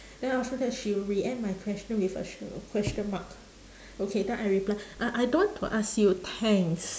then after that she react my question with a sh~ a question mark okay then I reply I I don't want to ask you thanks